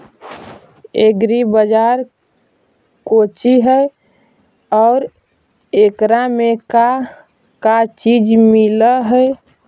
Agri बाजार कोची हई और एकरा में का का चीज मिलै हई?